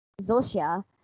Zosia